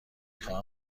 خواهم